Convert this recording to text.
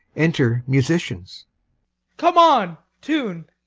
enter musicians come on, tune.